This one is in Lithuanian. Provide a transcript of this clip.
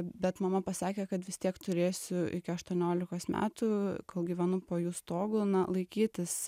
bet mama pasakė kad vis tiek turėsiu iki aštuoniolikos metų kol gyvenu po jų stogu na laikytis